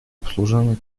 обслуживанию